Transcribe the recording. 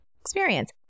experience